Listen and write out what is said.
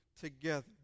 together